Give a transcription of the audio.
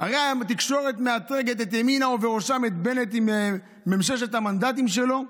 הרי היום התקשורת מאתרגת את ימינה ובראשם את בנט עם ששת המנדטים שלו.